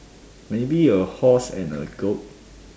maybe a horse and a goat